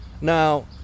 Now